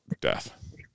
death